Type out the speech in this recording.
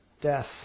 Death